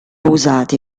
usati